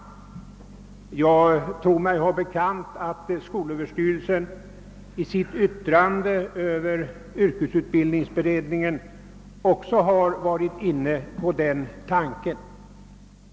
Jag har mig också bekant att skolöverstyrelsen i sitt yttrande över detta betänkande varit inne på den tanken.